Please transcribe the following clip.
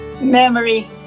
memory